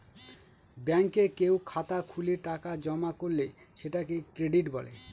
ব্যাঙ্কে কেউ খাতা খুলে টাকা জমা করলে সেটাকে ক্রেডিট বলে